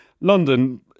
London